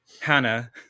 Hannah